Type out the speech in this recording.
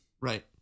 Right